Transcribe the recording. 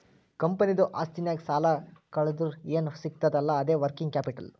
ಕಂಪನಿದು ಆಸ್ತಿನಾಗ್ ಸಾಲಾ ಕಳ್ದುರ್ ಏನ್ ಸಿಗ್ತದ್ ಅಲ್ಲಾ ಅದೇ ವರ್ಕಿಂಗ್ ಕ್ಯಾಪಿಟಲ್